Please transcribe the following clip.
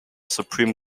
supreme